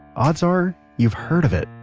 odds are. you've heard of it.